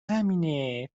همینه